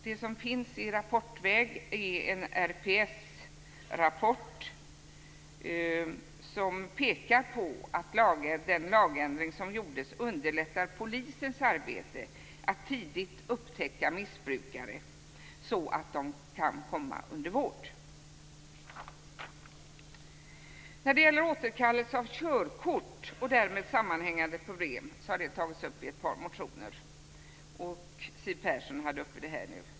Det som finns i rapportväg är en RPS-rapport, där man pekar på att den lagändring som gjorts underlättar polisens arbete med att tidigt upptäcka missbrukare, så att dessa kan komma under vård. Återkallelse av körkort och därmed sammanhängande problem har tagits upp i ett par motioner. Siw Persson har här också berört denna fråga.